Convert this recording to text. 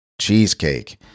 cheesecake